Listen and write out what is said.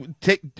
take